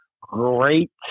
great